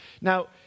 Now